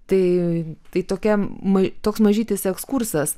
tai tai tokia ma toks mažytis ekskursas